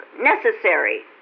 necessary